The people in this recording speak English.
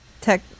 tech